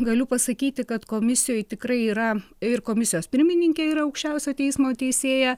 galiu pasakyti kad komisijoj tikrai yra ir komisijos pirmininkė ir aukščiausiojo teismo teisėja